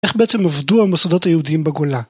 איך בעצם עבדו המוסדות היהודיים בגולה?